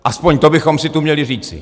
Aspoň to bychom si tu měli říci.